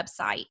website